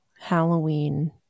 Halloween